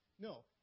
No